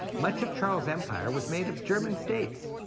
much of charles' empire was made of german states,